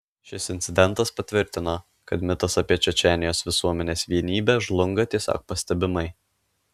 šis incidentas patvirtino kad mitas apie čečėnijos visuomenės vienybę žlunga tiesiog pastebimai